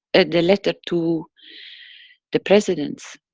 ah the letter to the presidents.